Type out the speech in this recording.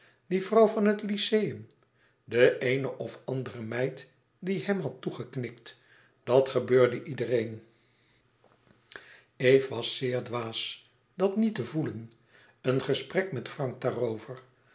die vrouw van het lyceum de eene of andere meid die hem had toegeknikt dat gebeurde iedereen eve was zeer dwaas dat niet te voelen een gesprek met frank daarover